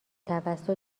توسط